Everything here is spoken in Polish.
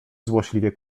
złośliwie